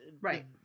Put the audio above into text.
Right